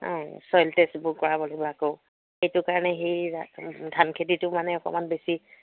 অঁ চইল টেষ্টবোৰ কৰাব লাগিব আকৌ সেইটো কাৰণে সেই ৰা ধান খেতিটো মানে অকণমান বেছি